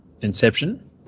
inception